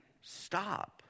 stop